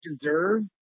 deserve